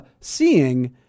seeing